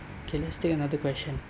okay let's take another question